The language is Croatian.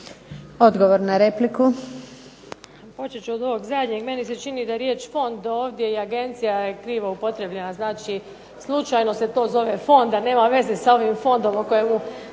Odgovor na repliku.